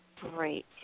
Great